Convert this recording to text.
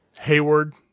Hayward